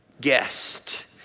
guest